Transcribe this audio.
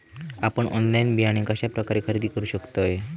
आपन ऑनलाइन बियाणे कश्या प्रकारे खरेदी करू शकतय?